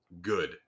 good